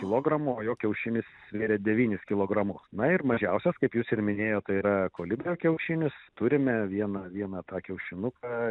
kilogramų o jo kiaušinis svėrė devynis kilogramus na ir mažiausias kaip jūs ir minėjot tai yra kolibrio kiaušinis turime vieną vieną tą kiaušinuką